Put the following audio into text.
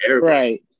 Right